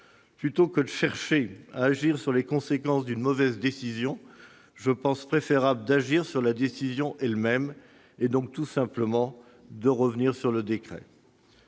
plutôt que de chercher à agir sur les conséquences d'une mauvaise décision, je pense préférable d'agir sur la décision elle-même, et donc de revenir tout simplement sur le décret.